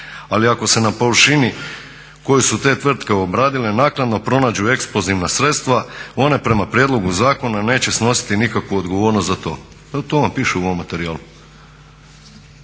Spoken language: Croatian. Ali ako se na površini koju su te tvrtke obradile naknadno pronađu eksplozivna sredstva ona prema prijedlogu zakona neće snositi nikakvu odgovornost za to. To vam piše u ovom materijalu.